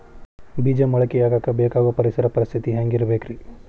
ಬೇಜ ಮೊಳಕೆಯಾಗಕ ಬೇಕಾಗೋ ಪರಿಸರ ಪರಿಸ್ಥಿತಿ ಹ್ಯಾಂಗಿರಬೇಕರೇ?